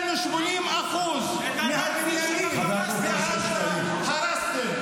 יותר מ-80% מהצירים בעזה הרסתם.